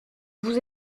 vous